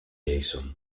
jason